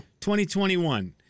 2021